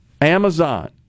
Amazon